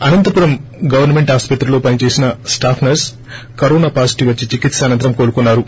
Anantapuram government ఆసుపత్రిలో పని చేసిన స్టాఫ్ నర్స్ కరోనా పాజిటివ్ వచ్చి చికిత్స అనంతరం కోలుకున్నారు